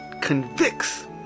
convicts